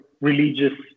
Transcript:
religious